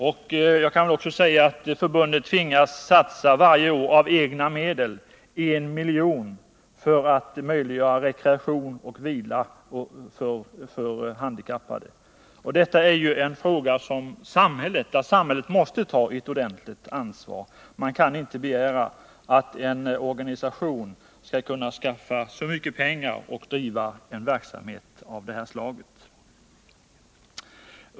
Varje år tvingas förbundet att av egna medel satsa 1 milj.kr. för att möjliggöra rekreation och vila för handikappade. Detta är ju en fråga där samhället måste ta ett ordentligt ansvar. Man kan inte begära att en organisation skall kunna skaffa så mycket pengar och driva en verksamhet av detta slag.